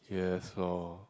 yes lor